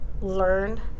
learn